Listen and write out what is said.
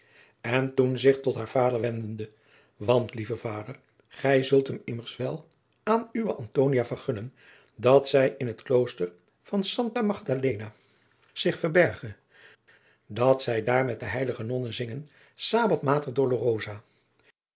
en toen zich tot haar vader wendende want lieve vader gij zult hem immers wel aan uwe antonia vergunnen dat zij in het klooster van santa magdalena zich verberge dat zij daar met de heilige nonnen zinge